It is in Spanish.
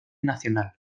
nacional